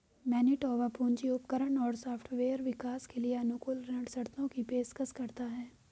Manitoba पूंजी उपकरण और सॉफ्टवेयर विकास के लिए अनुकूल ऋण शर्तों की पेशकश करता है